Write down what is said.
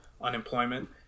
unemployment